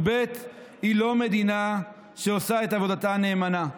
ב' היא לא מדינה שעושה את עבודתה נאמנה.